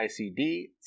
ICD